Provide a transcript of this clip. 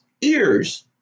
ears